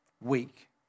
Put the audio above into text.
weak